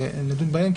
ונדון בהן,